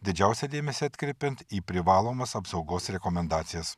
didžiausią dėmesį atkreipiant į privalomas apsaugos rekomendacijas